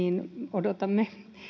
odotamme